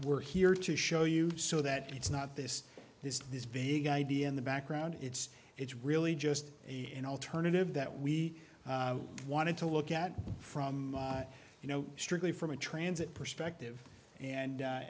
we're here to show you so that it's not this this this big idea in the background it's it's really just an alternative that we wanted to look at from you know strictly from a transit perspective and